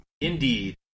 Indeed